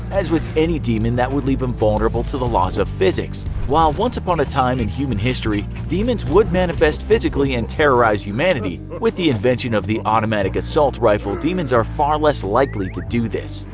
as with any demon that would leave him vulnerable to the laws of physics. while once upon a time in human history demons would manifest physically and terrorize humanity, with the invention of the automatic assault rifle demons are far less likely to do this.